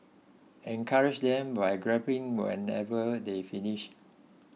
encourage them by clapping whenever they finish